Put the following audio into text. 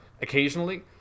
occasionally